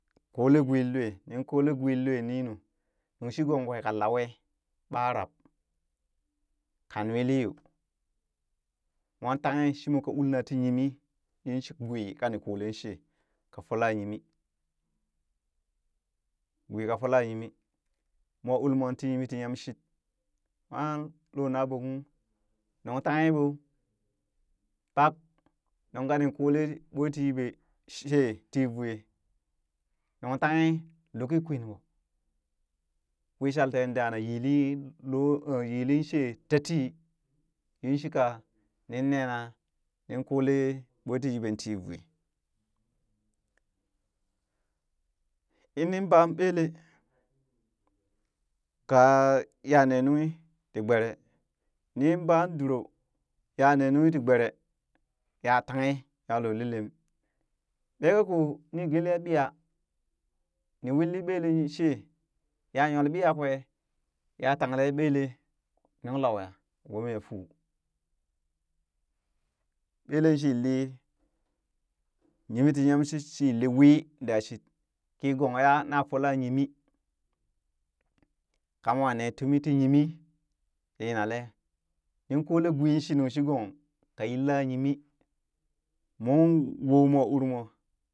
Koolee gwii lue nin kole gwin lue ninu nung shi gong kwe ka lawe ɓa rab ka nwili yo, mwa tanghe shimo ka ulna ti yimi yinshi gwii kani kollen lwe, ka fola yimi, gwii ka folaa yimi mwa uli moo tii yimi ti yamshin moo loo naɓo kung nung tangi ɓoo pek nuŋ kani kolee bweti yiɓee shee ti voe nunghtanghe luki kwin wishal tee dana yili loo o yilin shee tatii yin shika ninnee nin koolee ɓweti yeɓeen ti voe, inni baan ɓeele kaya ne nunghi, tii gbere nin baa duuroo ya nee nunghi tii gbere ya tanghe ya loolee lem ɓeeka koo ni gelee ya ɓiyaa ni willi ɓelee she ya yolee ɓiya kwee ya tanglee ɓelee nulauya ka gbomeye fuu ɓelee shi yilli yimi tii yamshit shi yilli wii daa shit kii gong yaa fola yimi ka mwa ne tumi ti yimi ti yinale, nin koolee gwii shi nung shi gong ka yilaa yimii moon woo moo ur mwa.